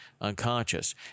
unconscious